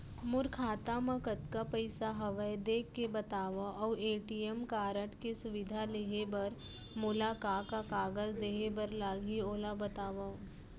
मोर खाता मा कतका पइसा हवये देख के बतावव अऊ ए.टी.एम कारड के सुविधा लेहे बर मोला का का कागज देहे बर लागही ओला बतावव?